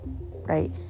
right